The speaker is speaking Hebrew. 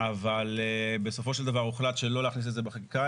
אבל בסופו של דבר הוחלט שלא להכניס את זה בחקיקה